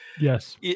yes